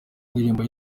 ndirimbo